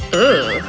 ooh,